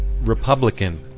Republican